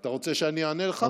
אתה רוצה שאני אענה לך?